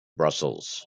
brussels